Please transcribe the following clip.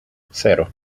cero